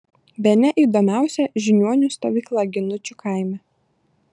bene įdomiausia žiniuonių stovykla ginučių kaime